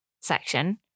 section